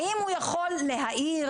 האם הוא יכול להעיר?